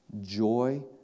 joy